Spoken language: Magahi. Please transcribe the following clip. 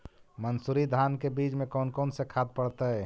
मंसूरी धान के बीज में कौन कौन से खाद पड़तै?